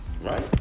Right